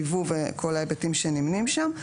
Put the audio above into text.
ייבוא וכל ההיבטים שנמנים שם,